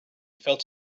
felt